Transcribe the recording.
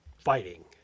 fighting